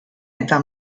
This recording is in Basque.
eta